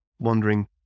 wondering